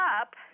up